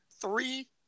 Three